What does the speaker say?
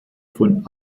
von